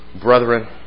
Brethren